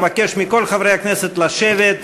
אבקש מכל חברי הכנסת לשבת.